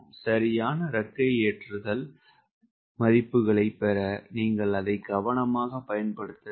சரியான இறக்கை ஏற்றுதல் மதிப்புகளைப் பெற நீங்கள் அதை கவனமாகப் பயன்படுத்த வேண்டும்